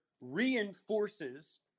reinforces